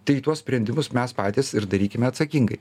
tai tuos sprendimus mes patys ir darykime atsakingai